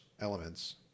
elements